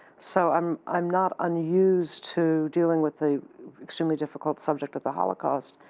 so i'm i'm not unused to dealing with the extremely difficult subject of the holocaust.